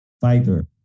Fighter